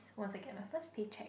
once I get my first pay cheque